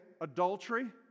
adultery